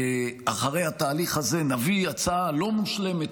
אחרי התהליך הזה נביא הצעה לא מושלמת,